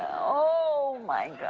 oh, my